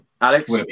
Alex